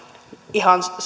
ihan